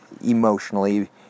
emotionally